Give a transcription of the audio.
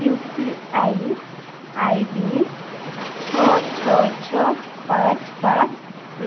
you P I I D ଛଅ ଛଅ ଛଅ ପାଞ୍ଚ ପାଞ୍ଚ